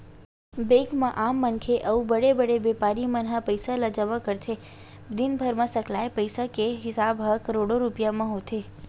bank म आम मनखे अउ बड़े बड़े बेपारी मन ह पइसा ल जमा करथे, दिनभर म सकलाय पइसा के हिसाब ह करोड़ो रूपिया म होथे